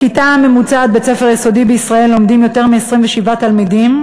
בכיתה ממוצעת בבית-ספר יסודי בישראל לומדים יותר מ-27 תלמידים,